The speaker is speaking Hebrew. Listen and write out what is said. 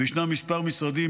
וישנם כמה משרדים,